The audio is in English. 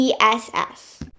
ESS